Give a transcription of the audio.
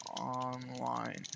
online